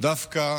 דווקא